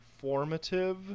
formative